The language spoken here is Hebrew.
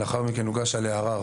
ולאחר מכן הוגש עליה ערר